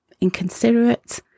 inconsiderate